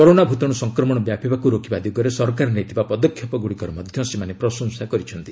corona ଭୂତାଣୁ ସଂକ୍ରମଣ ବ୍ୟାପିବାକୁ ରୋକିବା ଦିଗରେ ସରକାର ନେଇଥିବା ପଦକ୍ଷେପଗୁଡ଼ିକର ମଧ୍ୟ ସେମାନେ ପ୍ରଶଂସା କରିଛନ୍ତି